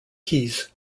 keys